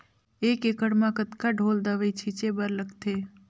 एक एकड़ म कतका ढोल दवई छीचे बर लगथे?